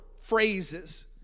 phrases